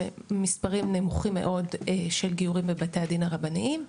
ומספרים נמוכים מאוד של גיורים בבתי הדין הרבניים.